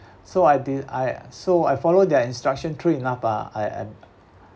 so I didn't I so I followed their instruction true enough ah I I'm